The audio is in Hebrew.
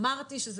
אמרתי,